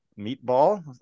meatball